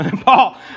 Paul